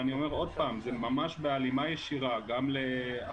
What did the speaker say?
ואומר עוד פעם: זה ממש בהלימה ישירה להחלטות